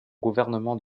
gouvernement